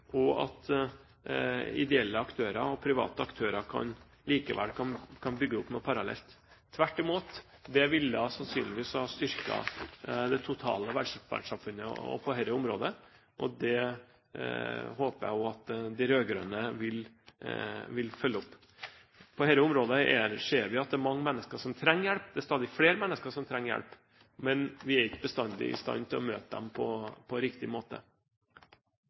det at ideelle og private aktører likevel kan bygge opp noe parallelt. Tvert imot: Det ville sannsynligvis ha styrket det totale velferdssamfunnet på dette området, og det håper jeg også at de rød-grønne vil følge opp. På dette området ser vi at det er mange mennesker som trenger hjelp – det er stadig flere mennesker som trenger hjelp – men vi er ikke bestandig i stand til å møte dem på riktig måte.